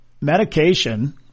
medication